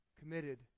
committed